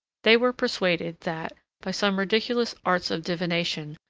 they were persuaded, that, by some ridiculous arts of divination,